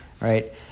right